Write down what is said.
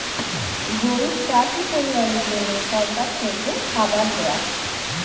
গরিব চাষি পরিবারের জন্য সরকার থেকে খাবার দেওয়া